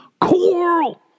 coral